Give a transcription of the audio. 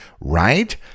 right